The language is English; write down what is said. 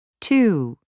Two